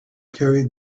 carried